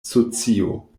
socio